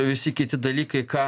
visi kiti dalykai ką